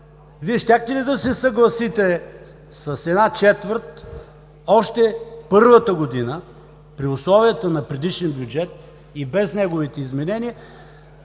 Вие щяхте ли да се съгласите с една четвърт още първата година при условията на предишния бюджет и без неговите изменения